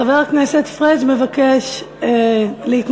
חבר הכנסת פריג' מבקש להתנגד,